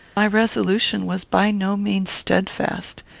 my resolution was by no means steadfast.